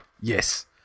yes